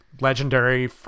legendary